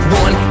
one